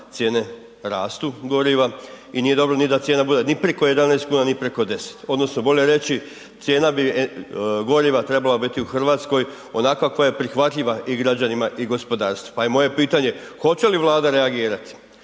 cijene rastu goriva i nije dobro ni da cijena bude ni preko 11,00 kn, ni preko 10 odnosno bolje reći, cijena bi goriva trebala biti u RH onakva kakva je prihvatljiva i građanima i gospodarstvu, pa je moje pitanje, hoće li Vlada reagirati